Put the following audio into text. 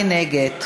מי נגד?